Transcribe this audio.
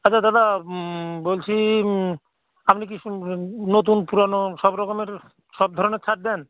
আচ্ছা দাদা বলছি আপনি কি নতুন পুরানো সবরকমের সব ধরনের ছাঁট দেন